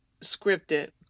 scripted